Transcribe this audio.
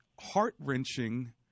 heart-wrenching